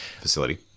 facility